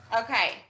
Okay